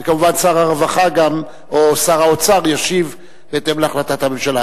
וכמובן שגם שר הרווחה או שר האוצר ישיבו בהתאם להחלטת הממשלה.